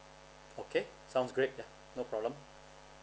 okay sounds great ya no problem